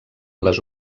les